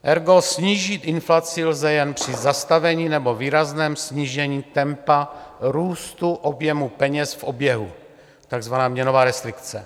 Ergo snížit inflaci lze jen při zastavení nebo výrazném snížení tempa růstu objemu peněz v oběhu, takzvaná měnová restrikce.